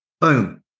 boom